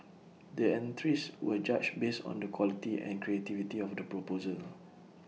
the entries were judged based on the quality and creativity of the proposal